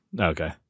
Okay